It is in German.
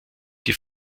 die